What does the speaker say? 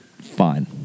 Fine